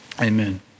Amen